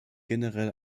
generell